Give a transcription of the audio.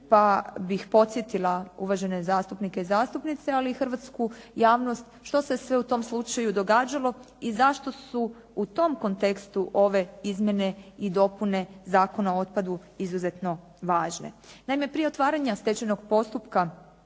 pa bih podsjetila uvažene zastupnike i zastupnice ali i hrvatsku javnost što se sve u tom slučaju događalo i zašto su u tom kontekstu ove izmjene i dopune Zakona o otpadu izuzetno važne. Naime, prije otvaranja stečajnog postupka